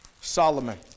Solomon